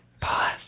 Pause